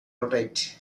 rotate